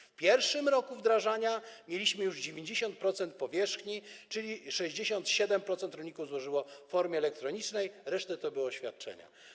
W pierwszym roku wdrażania mieliśmy już 90% powierzchni, czyli 67% rolników złożyło w formie elektronicznej, reszta to były oświadczenia.